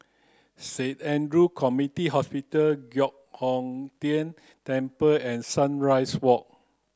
Saint Andrew Community Hospital Giok Hong Tian Temple and Sunrise Walk